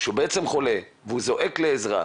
שהוא בעצם חולה וזועק לעזרה,